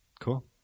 Cool